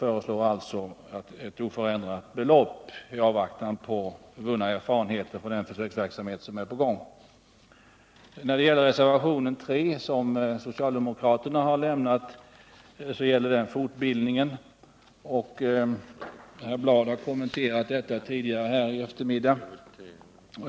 Vi tillstyrker alltså ett oförändrat belopp i avvaktan på vunna erfarenheter av den försöksverksamhet som pågår. Reservationen 3, som socialdemokraterna har avgivit, handlar om fortbildningen i naturorienterande ämnen. Lennart Bladh har här tidigare i eftermiddag kommenterat denna reservation.